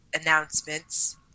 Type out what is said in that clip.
announcements